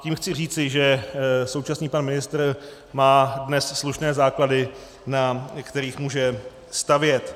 Tím chci říci, že současný pan ministr má dnes slušné základy, na kterých může stavět.